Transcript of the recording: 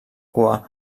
cua